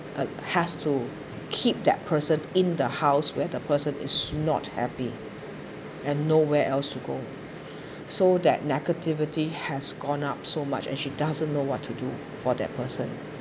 uh has to keep that person in the house where the person is not happy and nowhere else to go so that negativity has gone up so much and she doesn't know what to do for that person